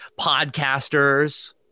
podcasters